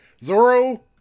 Zoro